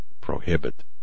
prohibit